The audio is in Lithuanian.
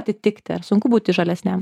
atitikti ar sunku būti žalesniam